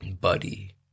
Buddy